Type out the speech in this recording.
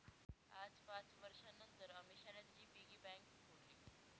आज पाच वर्षांनतर अमीषाने तिची पिगी बँक फोडली